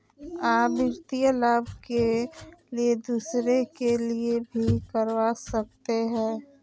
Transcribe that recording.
आ वित्तीय लाभ के लिए दूसरे के लिए भी करवा सकते हैं?